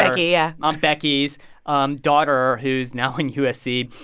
yeah aunt becky's um daughter, who's now in usc,